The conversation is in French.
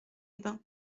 bains